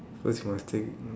first must take